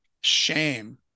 shame